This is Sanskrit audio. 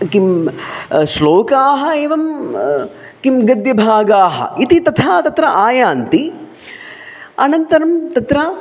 किं श्लोकाः एवं किं गद्यभागाः इति तथा तत्र आयान्ति अनन्तरं तत्र